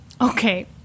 okay